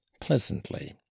pleasantly